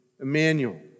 Emmanuel